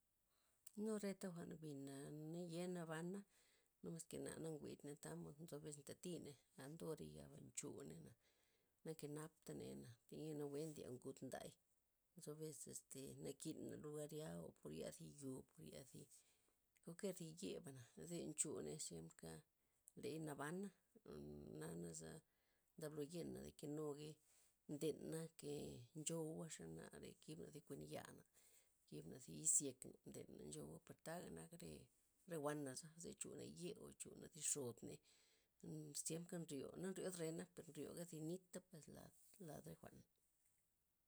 Nu reta jwa'n bina' naye' nabana, nomaske na nawidney tamod nzo ves ntatiney, ando re yaba' nchuney na na nkepta ney'na, thi'nya nawue ndye ngud nday, nzo ves este nakina lugar ya o por ya' thi yo, por ya' kualkyer thi ye bana' ze nchuney ziemka ley nabana' mm- jwa'naza ndablo yena dek nugey ndena'ke nchowua xe nare kibna thi kuenyana', kibna thi izyekna ndena nchogua per taga re wuana'za ze chuna ye' o chuna thi xodney mmziemka nryo na nri rena per nryoga zti nit pues lad re jwa'na.